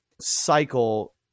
cycle